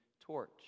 torch